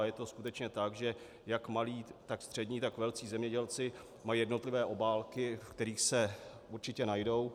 Je to skutečně tak, že jak malí, tak střední a velcí zemědělci mají jednotlivé obálky, ve kterých se určitě najdou.